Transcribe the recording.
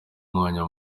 umwanya